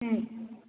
ହୁଁ